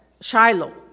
Shiloh